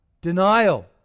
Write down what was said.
denial